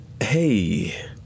Hey